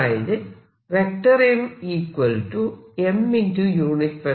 അതായത് m m z